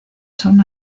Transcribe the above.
son